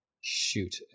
Shoot